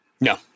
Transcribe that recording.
No